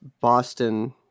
Boston